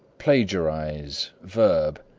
plagiarize, v.